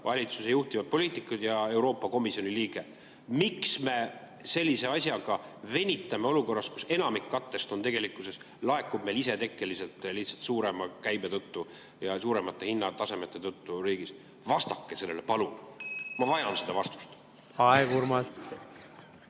valitsuse juhtivad poliitikud ja Euroopa Komisjoni liige. Miks me sellise asjaga venitame olukorras, kus enamik kattest tegelikkuses laekub meil isetekkeliselt lihtsalt suurema käibe tõttu ja suuremate hinnatasemete tõttu riigis? Vastake sellele palun! (Juhataja helistab